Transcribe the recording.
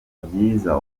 byiza